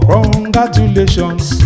Congratulations